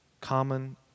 common